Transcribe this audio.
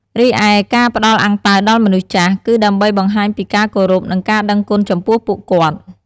រីឯការផ្ដល់អាំងប៉ាវដល់មនុស្សចាស់ គឺដើម្បីបង្ហាញពីការគោរព និងការដឹងគុណចំពោះពួកគាត់។